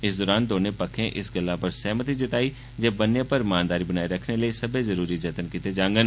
इस दौरान दौने पक्खे इस गल्ला पर सहमति जताई जे बन्ने पर रमानदारी बनाई रक्खने लेई सब्बै जरुरी जतन कीते जागंन